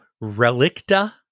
Relicta